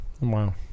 Wow